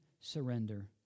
surrender